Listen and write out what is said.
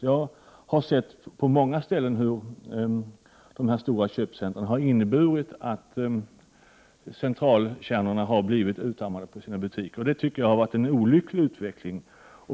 Jag har sett hur dessa stora köpcentra på många ställen har inneburit att centralkärnorna blivit utarmade och förlorat sina butiker. Det tycker jag har varit en olycklig utveckling.